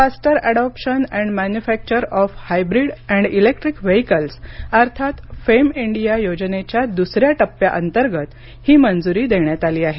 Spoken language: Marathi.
faster adoption and manufacture of hybrid and electric vehicles अर्थात फेम इंडिया योजनेच्या दुसऱ्या टप्प्याअंतर्गत ही मंजूरी देण्यात आली आहे